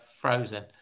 frozen